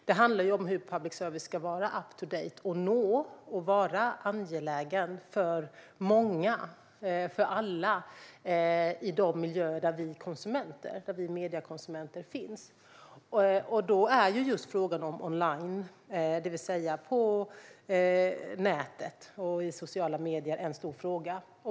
Det handlar om hur public service ska vara up-to-date och nå ut och vara angelägen för många, för alla, i de miljöer där vi är mediekonsumenter. Då är just frågan om online, det vill säga medier på nätet, och sociala medier stor.